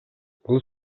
бул